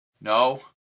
No